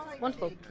Wonderful